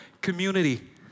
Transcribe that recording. community